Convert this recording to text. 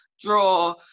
draw